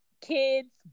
Kids